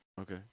Okay